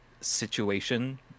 situation